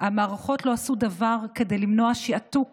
המערכות לא עשו דבר כדי למנוע שעתוק